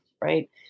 right